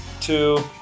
two